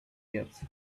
yet